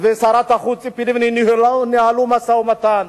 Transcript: ושרת החוץ ציפי לבני ניהלו משא-ומתן.